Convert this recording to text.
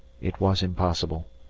it was impossible.